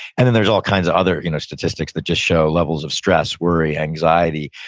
and then there's all kinds of other you know statistics that just show levels of stress, worry, anxiety,